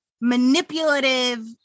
manipulative